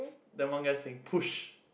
then one guy saying push